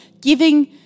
giving